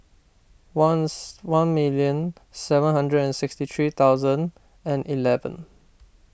once one million seven hundred and sixty three thousand and eleven